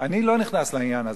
אני לא נכנס לעניין הזה,